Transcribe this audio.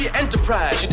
enterprise